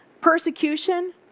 persecution